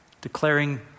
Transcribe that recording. declaring